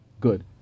good